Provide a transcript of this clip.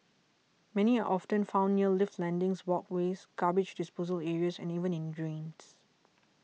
many are often found near lift landings walkways garbage disposal areas and even in drains